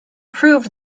proved